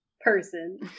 person